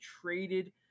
traded